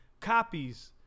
copies